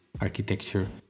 architecture